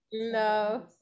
No